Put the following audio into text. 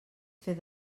fer